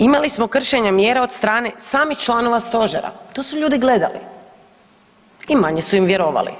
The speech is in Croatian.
Imali smo kršenja mjera od strane samih članova Stožera, to su ljudi gledali i manje su im vjerovali.